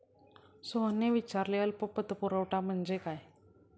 सोहनने विचारले अल्प पतपुरवठा म्हणजे काय?